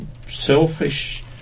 selfish